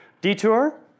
detour